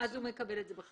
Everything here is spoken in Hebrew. אם הצליח, מקבל את זה בחזה.